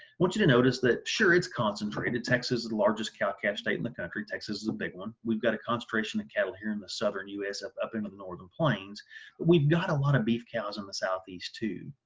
want you to notice that, sure it's concentrated, texas is the largest cow-calf state in the country. texas is a big one we've got a concentration of cattle here in the southern us up up into the northern plains but we've got a lot of beef cows on the southeast too.